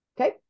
Okay